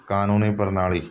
ਕਾਨੂੰਨੀ ਪ੍ਰਣਾਲੀ